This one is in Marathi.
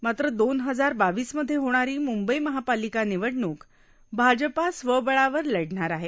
मात्र दोन हजार बावीसमध्ये होणारी मुंबई महापालिका निवडणुक भाजपा स्वबळावर लढणार आहे